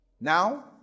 Now